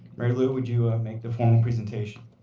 mary lou, would you make the formal presentation.